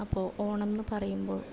അപ്പോൾ ഓണം എന്ന് പറയുമ്പോൾ